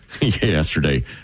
yesterday